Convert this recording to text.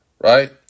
Right